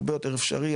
הרבה יותר אפשרי,